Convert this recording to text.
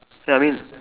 ya I mean